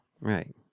right